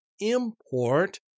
import